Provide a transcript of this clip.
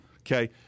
Okay